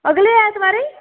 अगले ऐतबारें